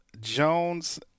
Jones